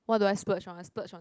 what do I splurge on I splurge on